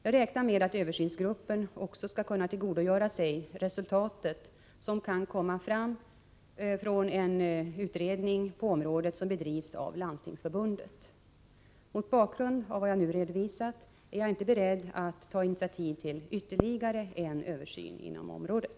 Jag räknar med att översynsgruppen också skall kunna tillgodogöra sig det resultat som kan komma fram vid en pågående utredning på området av Landstingsförbundet. Mot bakgrund av vad jag nu redovisat är jag inte beredd att ta initiativ till ytterligare en översyn inom området.